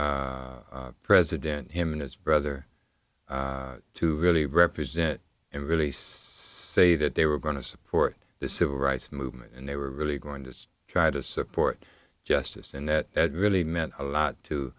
president him and his brother to really represent and really say that they were going to support the civil rights movement and they were really going to try to support justice and it really meant a lot to